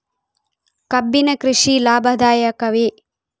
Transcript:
ಕಬ್ಬಿನ ಕೃಷಿ ಲಾಭದಾಯಕವೇ?